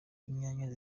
inyanya